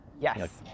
Yes